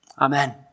Amen